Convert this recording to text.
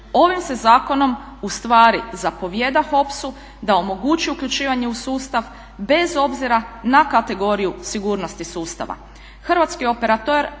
Ovim se zakonom ustvari zapovijeda HOPS-u da omogući uključivanje u sustav bez obzira na kategoriju sigurnosti sustava. Hrvatski operater